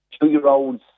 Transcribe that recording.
Two-year-olds